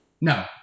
No